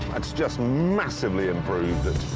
that's just massively improved it.